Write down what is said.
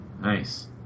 Nice